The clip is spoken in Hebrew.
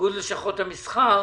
איגוד לשכות המסחר?